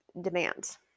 demands